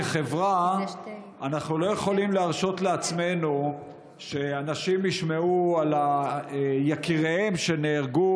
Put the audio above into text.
כחברה אנחנו לא יכולים להרשות לעצמנו שאנשים ישמעו על יקיריהם שנהרגו,